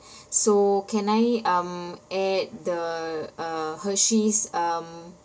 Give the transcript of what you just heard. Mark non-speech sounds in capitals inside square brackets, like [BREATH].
[BREATH] so can I um add the uh hershey's um